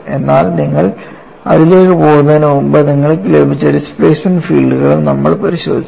എന്നാൽ നിങ്ങൾ അതിലേക്ക് പോകുന്നതിനുമുമ്പ് നമ്മൾക്ക് ലഭിച്ച ഡിസ്പ്ലേസ്മെൻറ് ഫീൽഡുകളും നമ്മൾ പരിശോധിക്കും